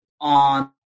on